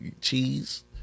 Cheese